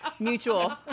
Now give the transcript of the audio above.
Mutual